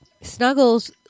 Snuggles